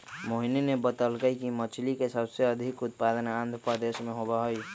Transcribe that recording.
मोहिनी ने बतल कई कि मछ्ली के सबसे अधिक उत्पादन आंध्रप्रदेश में होबा हई